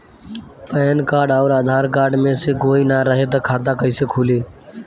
Pan card आउर Aadhaar card मे से कोई ना रहे त खाता कैसे खुली?